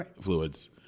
fluids